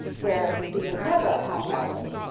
where we would never have an outbreak,